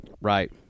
Right